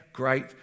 Great